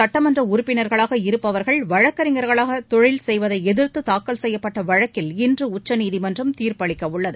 சட்டமன்ற உறுப்பினர்களாக இருப்பவர்கள் வழக்கறிஞர்களாக தொழில் செய்வதை எதிர்த்து தாக்கல் செய்யப்பட்ட வழக்கில் இன்று உச்சநீதிமன்றம் தீர்ப்பளிக்க உள்ளது